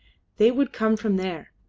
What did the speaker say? they would come from there.